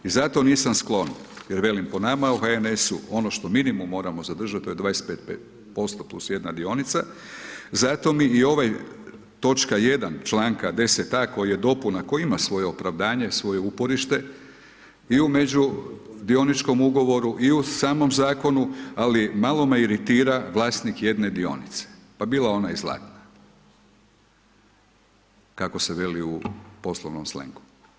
I zato nisam sklon jer velim po nama u HNS-u ono što minimum moramo zadržati to je 25 5 % plus jedna dionica, zato mi i ovaj točka 1. članka 10a. koji je dopuna koji ima svoje opravdanje svoje uporište i u međudioničkom ugovoru i u samom zakonu, ali malo me iritira vlasnik 1 dionice, pa bila ona i zlatna, kako se veli u poslovnom slengu.